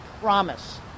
promise